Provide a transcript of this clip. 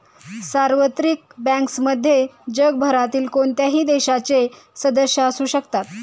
सार्वत्रिक बँक्समध्ये जगभरातील कोणत्याही देशाचे सदस्य असू शकतात